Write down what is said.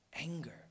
anger